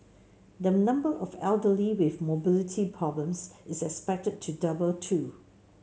the number of elderly with mobility problems is expected to double too